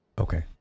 Okay